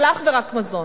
אבל אך ורק מזון,